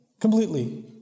completely